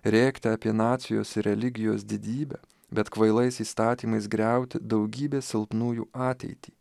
rėkti apie nacijos ir religijos didybę bet kvailais įstatymais griauti daugybės silpnųjų ateitį